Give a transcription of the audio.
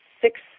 six